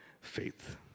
faith